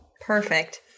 Perfect